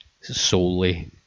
solely